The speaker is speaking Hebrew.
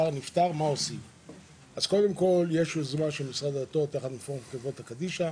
יש יוזמה של משרד הדתות יחד עם פורום חברה קדישא,